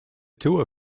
tour